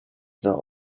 the